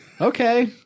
Okay